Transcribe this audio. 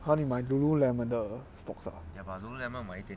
!huh! 你买 Lululemon 的 stocks ah